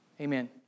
Amen